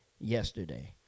yesterday